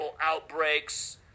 outbreaks